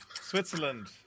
Switzerland